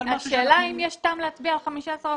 השאלה אם יש טעם להצביע על 15 אחוזים,